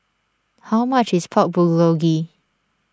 how much is Pork Bulgogi